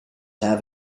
have